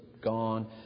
gone